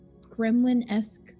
gremlin-esque